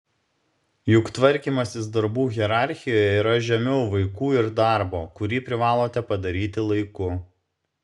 juk tvarkymasis darbų hierarchijoje yra žemiau vaikų ir darbo kurį privalote padaryti laiku